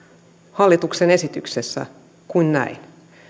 hallituksen esityksessä kuin näin